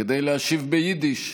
כדי להשיב ביידיש.